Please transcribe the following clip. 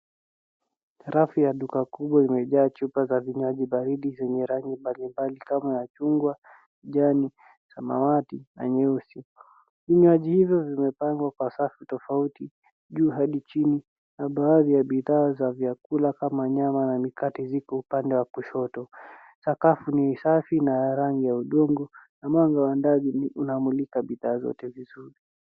Rafu ya duka kubwa imejaa chupa za vinywaji baridi zenye rangi mbalimbali kama ya chungwa, kijani, samawati na nyeusi. Vinywaji hivyo vimepangwa kwa safu tofauti, kutoka juu hadi chini, na pembeni kuna bidhaa za kula kama nyama na mikate upande wa kushoto. Sakafu ni safi na yenye rangi ya udongo, na mwanga wa ndani unamulika bidhaa zote vizuri.